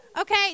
Okay